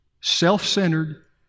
self-centered